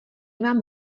vám